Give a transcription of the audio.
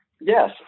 Yes